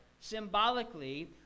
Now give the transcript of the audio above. symbolically